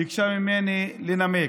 היא ביקשה ממני לנמק.